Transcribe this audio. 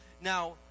Now